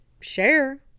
share